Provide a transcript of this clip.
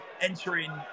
entering